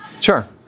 Sure